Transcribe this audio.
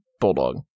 Bulldog